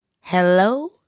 Hello